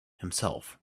himself